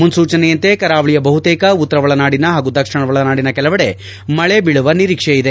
ಮುನ್ಲೂಚನೆಯಂತೆ ಕರಾವಳಿಯ ಬಹುತೇಕ ಉತ್ತರ ಒಳನಾಡಿನ ಹಾಗೂ ದಕ್ಷಿಣ ಒಳನಾಡಿನ ಕೆಲವೆಡೆ ಮಳೆ ಬೀಳುವ ನಿರೀಕ್ಷೆ ಇದೆ